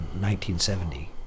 1970